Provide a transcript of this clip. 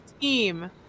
team